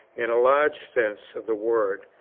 in a large sense of the word,